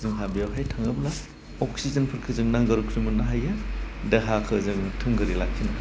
जोंहा बेयावहाय थाङोब्ला अक्सिजेनफोरखौ जों नांगौ रोखोम मोननो हायो देहाखौ जों थोंगोरै लाखिनो हायो